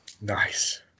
nice